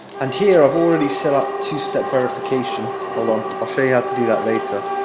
and here, i've already set up two-step verification, hold on i'll show you how to do that later.